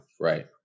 Right